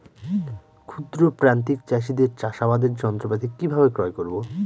ক্ষুদ্র প্রান্তিক চাষীদের চাষাবাদের যন্ত্রপাতি কিভাবে ক্রয় করব?